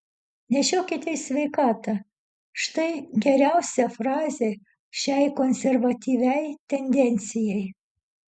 nešiokite į sveikatą štai geriausia frazė šiai konservatyviai tendencijai